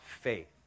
faith